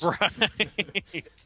Right